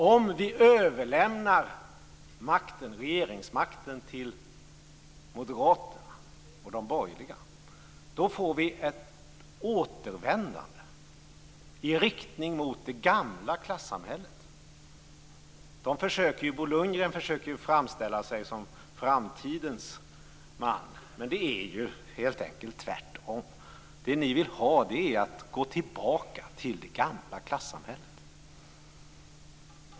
Om vi överlämnar regeringsmakten till moderaterna och de borgerliga får vi ett återvändande i riktning mot det gamla klassamhället. Bo Lundgren försöker framställa sig som framtidens man, men det är helt enkelt tvärtom. Det ni vill ha är en återgång till det gamla klassamhället.